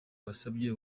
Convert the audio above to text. wasabye